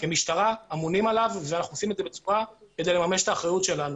כמשטרה אמונים עליו ואנחנו עושים את זה כדי לממש את האחריות שלנו.